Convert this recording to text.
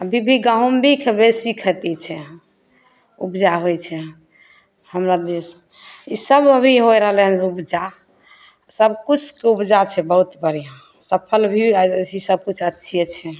अभी भी गहूॅंम भी बेसी खेती छै इहाँ उपजा होइ छै हमरा दिस ई सभ अभी होइ रहलै हन उपजा सभकिछुके उपजा छै बहुत बढ़िआँ सफल भी अथी सभकिछु अच्छे छै